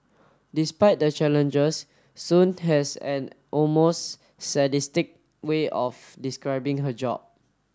despite the challenges Sun has an almost sadistic way of describing her job